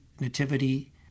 nativity